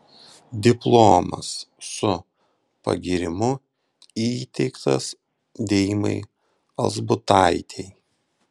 diplomas su pagyrimu įteiktas deimai alzbutaitei